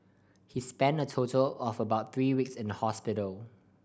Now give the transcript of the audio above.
he spent a total of about three weeks in hospital